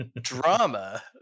drama